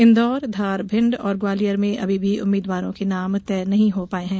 इन्दौर धार भिंड और ग्वालियर में अभी भी उम्मीदवारों के नाम तय नहीं हो पाये हैं